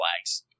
Flags